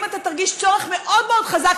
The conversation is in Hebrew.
ואם אתה תרגיש צורך מאוד מאוד חזק,